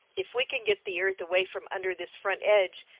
if we can get the earth away from under this front edge,